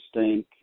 stink